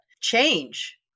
change